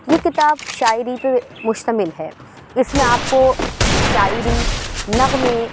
یہ کتاب شاعری پہ مشتمل ہے اس میں آپ کو شاعری نغمے